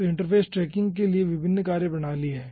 तो interface tracking के लिए विभिन्न कार्यप्रणाली हैं